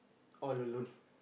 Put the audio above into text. all alone